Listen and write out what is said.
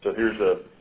here's a